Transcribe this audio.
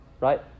Right